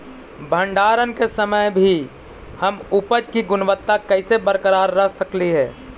भंडारण के समय भी हम उपज की गुणवत्ता कैसे बरकरार रख सकली हे?